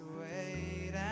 wait